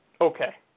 Okay